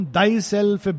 Thyself